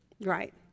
Right